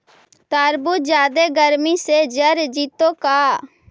तारबुज जादे गर्मी से जर जितै का?